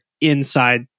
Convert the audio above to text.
inside